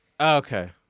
Okay